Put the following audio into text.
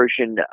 version